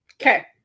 Okay